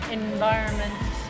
environment